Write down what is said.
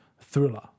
thriller